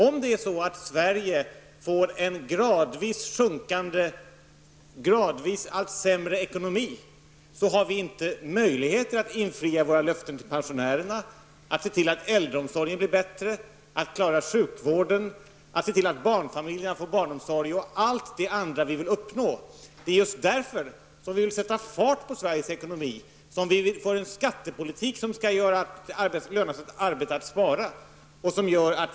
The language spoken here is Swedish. Om Sverige får en gradvis sämre ekonomi har vi inte möjligheter att infria våra löften till pensionärerna, att se till att äldreomsorgen blir bättre, att klara sjukvården, att se till att barnfamiljerna får barnomsorg och allt det andra vi vill uppnå. Därför vill vi sätta fart på Sveriges ekonomi. Vi vill föra en skattepolitik som medför att det lönar sig att arbeta och spara.